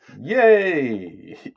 Yay